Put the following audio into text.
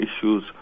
issues